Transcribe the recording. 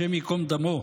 השם ייקום דמו,